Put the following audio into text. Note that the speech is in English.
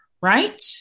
right